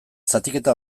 zatiketa